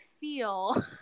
feel